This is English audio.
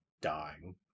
dying